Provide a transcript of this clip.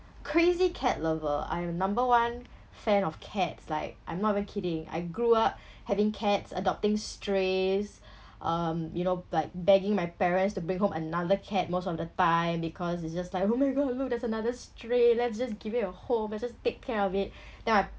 crazy cat lover I'm number one fan of cats like I'm not even kidding I grew up having cats adopting strays um you know like begging my parents to bring home another cat most of the time because it's just like oh my god look there's another stray let's just give it a home let just take care of it then my